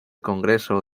congreso